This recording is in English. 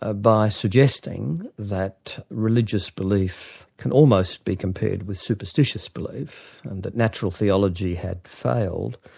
ah by suggesting that religious belief can almost be compared with superstitious belief, and that natural theology had failed,